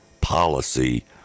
policy